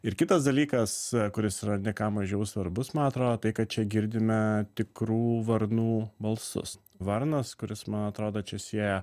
ir kitas dalykas kuris yra ne ką mažiau svarbus man atrodo tai kad čia girdime tikrų varnų balsus varnas kuris man atrodo čia sieja